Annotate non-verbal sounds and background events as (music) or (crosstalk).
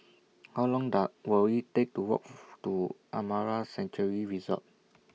How Long (unintelligible) Will IT Take to Walk to Amara Sanctuary Resort